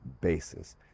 basis